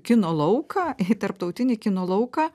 kino lauką į tarptautinį kino lauką